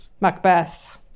Macbeth